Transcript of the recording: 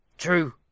True